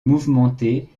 mouvementée